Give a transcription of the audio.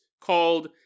called